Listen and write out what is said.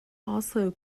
also